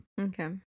Okay